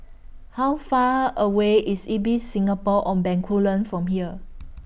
How Far away IS Ibis Singapore on Bencoolen from here